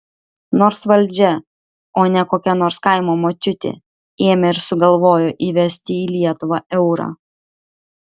nors valdžia o ne kokia nors kaimo močiutė ėmė ir sugalvojo įvesti į lietuvą eurą